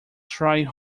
tried